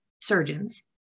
surgeons